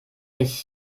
ich